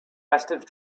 festive